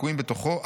ליקויים בתוכו,